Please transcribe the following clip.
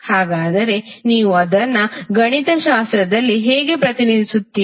ಹಾಗಾದರೆ ನೀವು ಅದನ್ನು ಗಣಿತಶಾಸ್ತ್ರದಲ್ಲಿ ಹೇಗೆ ಪ್ರತಿನಿಧಿಸುತ್ತೀರಿ